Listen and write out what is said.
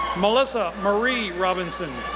melissa marie robinson,